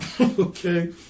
Okay